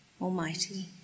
Almighty